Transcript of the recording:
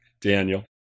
Daniel